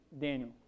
Daniel